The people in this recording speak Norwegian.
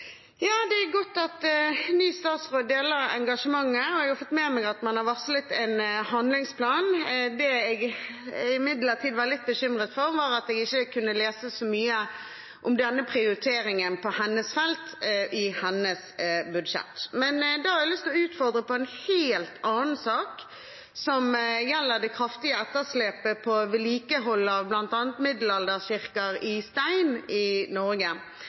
imidlertid var litt bekymret for, var at jeg ikke kunne lese så mye om denne prioriteringen på hennes felt i hennes budsjett. Da har jeg lyst til å utfordre på en helt annen sak, som gjelder det kraftige etterslepet på vedlikeholdet av bl.a. middelalderkirker i stein i